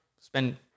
spend